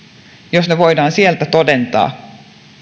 ne voidaan sieltä todentaa